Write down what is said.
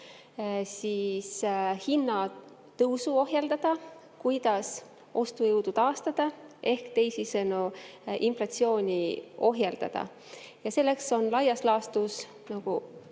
siis hinnatõusu ohjeldada, kuidas ostujõudu taastada ehk teisisõnu, inflatsiooni ohjeldada. Selleks on laias laastus